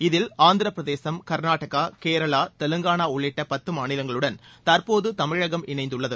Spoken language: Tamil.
இதில் ஆந்திரப்பிரதேசம் கர்நாடகா கேரளா தெலங்கானா உள்ளிட்ட பத்து மாநிலங்களுடன் தற்போது தமிழகம் இணைந்துள்ளது